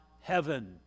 heaven